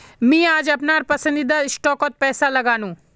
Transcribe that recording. मी आज अपनार पसंदीदा स्टॉकत पैसा लगानु